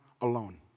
alone